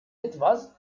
etwas